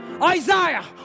Isaiah